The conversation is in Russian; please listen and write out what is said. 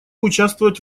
участвовать